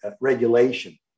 regulation